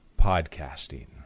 Podcasting